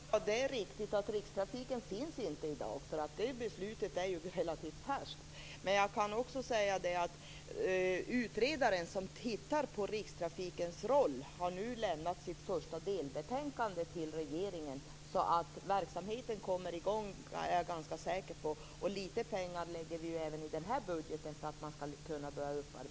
Herr talman! Jo, det är riktigt att rikstrafiken inte finns i dag. Det beslutet är ju relativt färskt. Men jag kan säga att utredaren som tittar på rikstrafikens roll nu har lämnat sitt första delbetänkande till regeringen. Jag är ganska säker på att verksamheten kommer i gång. Lite pengar lägger vi även i denna budget för att man skall kunna börja med upparbetningen.